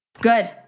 Good